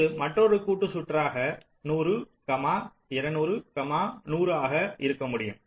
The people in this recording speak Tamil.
இது மற்றொரு கூட்டுச் சுற்றாக 100 200 100 ஆக இருக்க முடியும்